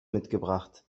mitgebracht